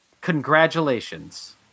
Congratulations